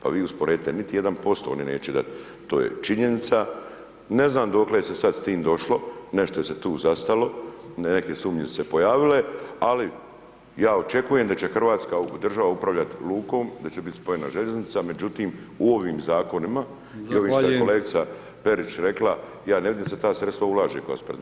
Pa vi usporedite, niti 1% oni neće dati, to je činjenica, ne znam dokle se sad s tim došlo, nešto se tu zastalo, neke sumnje se pojavile ali ja očekujem da će Hrvatska država upravljati lukom, da će biti spojena željeznica međutim u ovim zakonima i ovim što je kolegica Perić rekla ja ne vidim da se ta sredstva ulaže koja su predviđena.